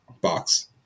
box